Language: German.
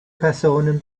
personen